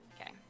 Okay